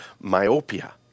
myopia